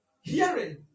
Hearing